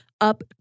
up